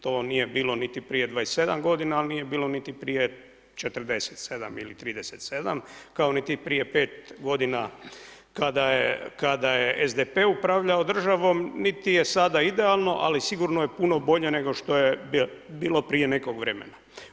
To nije bilo niti prije 27 godina, ali nije bilo niti prije 47 ili 37 kao niti prije 5 godina kada je SDP upravljao državnom niti je sada idealno, ali sigurno je puno bolje nego što je bilo prije nekog vremena.